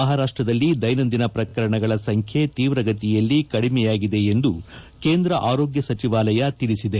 ಮಹಾರಾಷ್ಷದಲ್ಲಿ ದೈನಂದಿನ ಪ್ರಕರಣಗಳ ಸಂಖ್ಯೆ ತೀವ್ರಗತಿಯಲ್ಲಿ ಕಡಿಮೆಯಾಗಿದೆ ಎಂದು ಕೇಂದ್ರ ಆರೋಗ್ಯ ಸಚಿವಾಲಯ ತಿಳಿಸಿದೆ